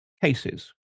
cases